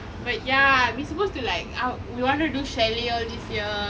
but ya we supposed to like how we wanted to do chalet all this year